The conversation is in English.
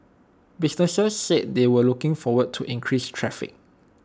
businesses said they were looking forward to increased traffic